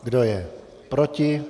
Kdo je proti?